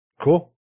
Cool